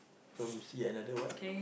so we see another what